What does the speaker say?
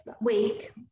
week